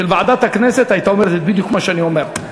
ועדת הכנסת היא הייתה אומרת בדיוק מה שאני אומר.